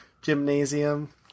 gymnasium